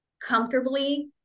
comfortably